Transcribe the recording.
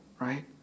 right